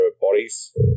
bodies